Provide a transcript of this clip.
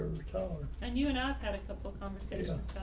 and you and i've had a couple conversations